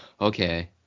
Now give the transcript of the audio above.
okay